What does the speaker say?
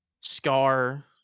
Scar